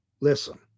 Listen